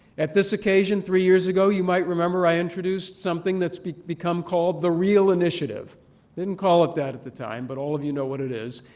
at this occasion three years ago, you might remember i introduced something that's become called the real initiative. we didn't call it that at the time, but all of you know what it is.